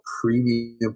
premium